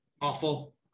awful